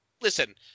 listen